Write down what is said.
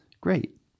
great